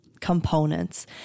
components